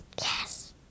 Yes